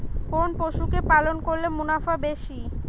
কোন পশু কে পালন করলে মুনাফা বেশি?